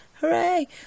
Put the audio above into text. hooray